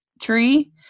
tree